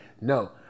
No